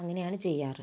അങ്ങനെയാണ് ചെയ്യാറ്